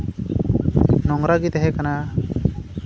ᱱᱳᱝᱨᱟ ᱜᱮ ᱛᱟᱦᱮᱸ ᱠᱟᱱᱟ